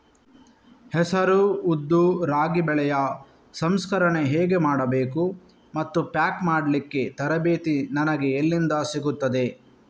ಹೆಸರು, ಉದ್ದು, ರಾಗಿ ಬೆಳೆಯ ಸಂಸ್ಕರಣೆ ಹೇಗೆ ಮಾಡಬೇಕು ಮತ್ತು ಪ್ಯಾಕ್ ಮಾಡಲಿಕ್ಕೆ ತರಬೇತಿ ನನಗೆ ಎಲ್ಲಿಂದ ಸಿಗುತ್ತದೆ?